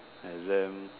exam